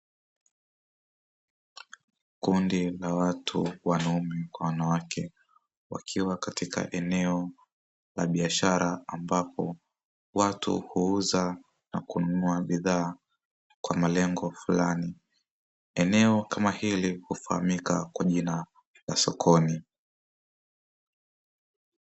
Kundi la watu wanaume kwa wanawake, wakiwa katika eneo la biashara, ambapo watu huuza na kununua bidhaa kwa malengo flani. Eneo kama hili hufahamika kwa jina la sokoni.